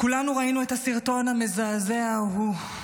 כולנו ראינו את הסרטון המזעזע ההוא: